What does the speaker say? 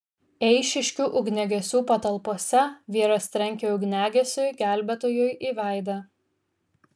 eišiškių ugniagesių patalpose vyras trenkė ugniagesiui gelbėtojui į veidą